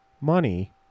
money